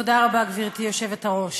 תודה רבה, גברתי היושבת-ראש.